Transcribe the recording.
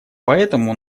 поэтому